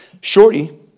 Shorty